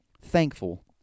thankful